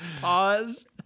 pause